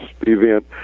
event